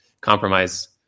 compromise